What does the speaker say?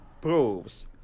proves